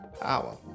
power